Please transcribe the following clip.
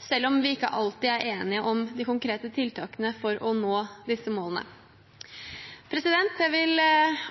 selv om vi ikke alltid er enige om de konkrete tiltakene for å nå disse målene. Jeg vil